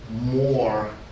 more